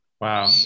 Wow